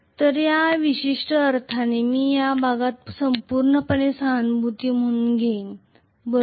तर या विशिष्ट अर्थाने मी हा भाग पूर्णपणे सहऊर्जाको एनर्जी म्हणून घेईन बरोबर